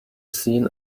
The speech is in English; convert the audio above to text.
seen